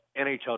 NHL